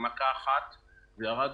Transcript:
במכה אחת.